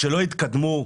שלא יתקדמו?